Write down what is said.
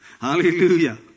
Hallelujah